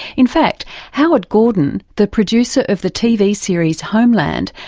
in fact howard gordon, the producer of the tv series homeland,